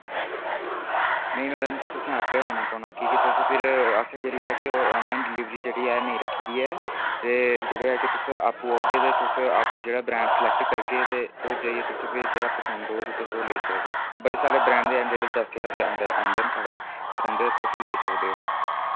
नेईं मैडम जी तुसें आपें आना पौना की कि तुस फिर असें जेह्ड़ी ऐ कि आनलाइन डिलीवरी जेह्ड़ी ऐ नेईं रक्खी दी ऐ ते जेह्ड़े कि तुस आप्पूं औगे ते तुस आप्पू जेह्ड़ा ब्रैंड सलैक्ट करगे ते ओह् जाइयै तुस फिर जेह्ड़ा पसंद औग ते तुस ओ लेई सकदे बड़े सारे ब्रैंड्स हैन जेह्ड़े दस ज्हार दे अंदर औंदे न साढ़ै फोन दे तुस लेई सकदे ओ